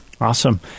Awesome